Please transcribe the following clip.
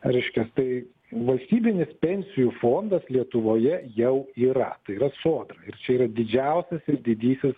reiškias tai valstybinis pensijų fondas lietuvoje jau yra yra sodra ir čia yra didžiausias ir didysis